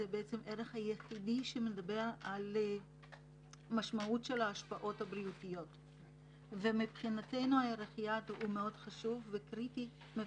חשוב לי לומר שאנחנו נמצאים בקשר עם המשרד להגנת הסביבה ובאמת יש שם